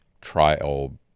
trial